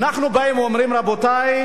אנחנו באים ואומרים: רבותי,